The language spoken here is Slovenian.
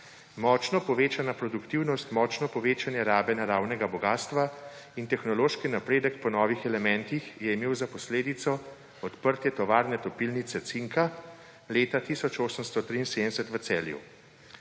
Močno povečana produktivnost, močno povečanje rabe naravnega bogastva in tehnološki napredek po novih elementih je imel za posledico odprtje tovarne topilnice cinka leta 1873 v Celju.